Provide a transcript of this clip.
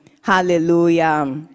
Hallelujah